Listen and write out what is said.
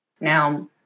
Now